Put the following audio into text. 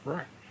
Right